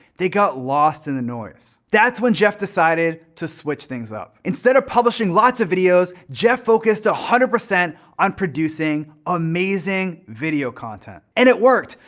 they got lost in the noise. that's when jeff decided to switch things up. instead of publishing lots of videos, jeff focused one hundred percent on producing amazing video content. and it worked.